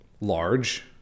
large